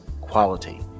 quality